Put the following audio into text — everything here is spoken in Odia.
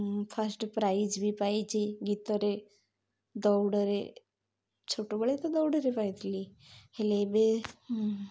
ଫାଷ୍ଟ୍ ପ୍ରାଇଜ୍ ବି ପାଇଚି ଗୀତରେ ଦୌଡ଼ରେ ଛୋଟବେଳେ ତ ଦୌଡ଼ରେ ପାଇଥିଲି ହେଲେ ଏବେ